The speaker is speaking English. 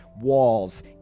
walls